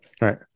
Right